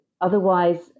otherwise